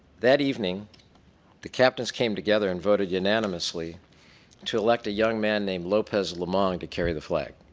that evening the captains came together and voted unanimously to elect a young man named lopez lamond to carry the flag.